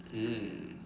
mm